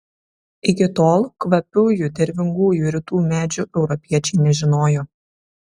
iki tol kvapiųjų dervingųjų rytų medžių europiečiai nežinojo